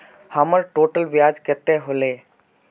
हमर टोटल ब्याज कते होले?